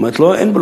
מיליון דולר.